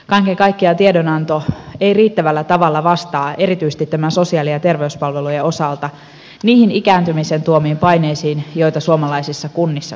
kaiken kaikkiaan tiedonanto ei riittävällä tavalla vastaa erityisesti sosiaali ja terveyspalvelujen osalta niihin ikääntymisen tuomiin paineisiin joita suomalaisissa kunnissa kohdataan